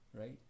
right